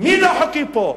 מי לא חוקי פה?